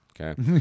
okay